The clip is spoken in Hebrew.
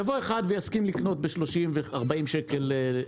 יבוא אחד ויסכים לקנות ב-40 שקל לליטר